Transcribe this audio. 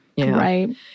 Right